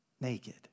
naked